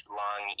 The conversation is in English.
long